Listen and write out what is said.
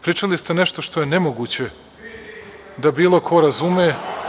Pričali ste nešto što je nemoguće da bilo ko razume.